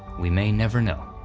we may never know.